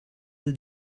the